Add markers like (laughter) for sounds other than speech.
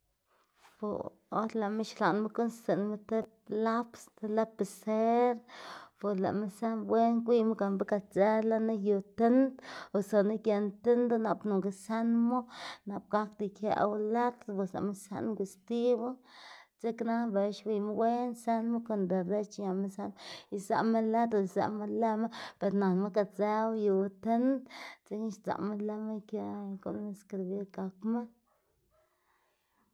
Bo or lëꞌma xlaꞌnma guꞌnnstsiꞌnma tib laps, ti lapiser bos lëꞌma zën wen gwiyma gan be gadzë lënu yu tind o suna giend tindu nap nonga zënmu nap gakda ikëꞌwu lëtr bos lëꞌma zënga stibu dzeknana bela xwiyma wen zënmu kon derech ñama zënmu izaꞌma lëtr, izaꞌma lëma be nanma gadzëwu yuwa tind dzekna sdzaꞌma lëma guꞌnnma escribir gakma. (noise)